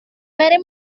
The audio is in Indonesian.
mary